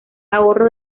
ahorro